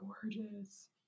gorgeous